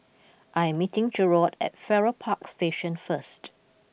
I am meeting Jerod at Farrer Park Station first